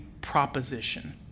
proposition